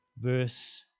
Verse